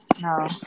No